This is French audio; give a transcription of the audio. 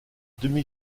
demi